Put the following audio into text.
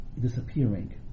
disappearing